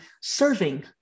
serving